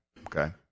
Okay